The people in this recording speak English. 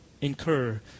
incur